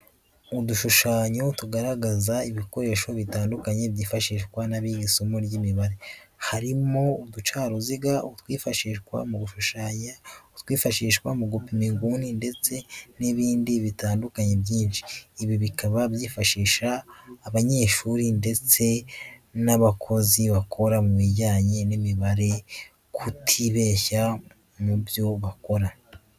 Udushushanyo tugaragaza ibikoresho bitandukanye byifashishwa n'abiga isomo ry'imibare, harimo uduca uruziga, utwifashishwa mu gushushanya, utwifashishwa mu gupima inguni ndetse n'ibindi bitandukanye byinshi. Ibi bikaba bifasha abanyeshuri ndetse n'abakozi bakora mu bijyanye n'imibare kutibeshya mu ibyo bakora.